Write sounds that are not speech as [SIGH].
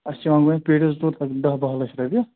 اَسہِ چھِ یِوان گۄڈٕنٮ۪تھ پیٹٮ۪س زٕ ژور [UNINTELLIGIBLE] دَہ بَہہ لَچھ رۄپیہِ